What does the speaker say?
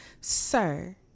Sir